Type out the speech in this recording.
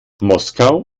moskau